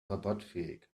rabattfähig